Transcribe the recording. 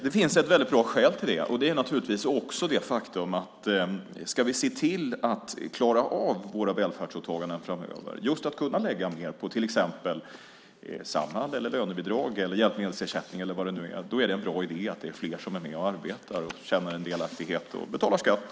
Det finns ett väldigt bra skäl till det, och det är naturligtvis också det faktum att vi ska se till att klara av våra välfärdsåtaganden framöver. Just för att kunna lägga mer på till exempel Samhall, lönebidrag, hjälpmedelsersättning eller vad det nu kan vara är det en bra idé att det är fler som är med och arbetar, känner en delaktighet och betalar skatt.